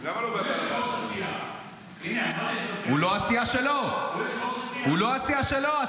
--- הוא לא מהסיעה שלו, הוא לא מהסיעה שלו.